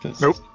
Nope